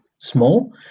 small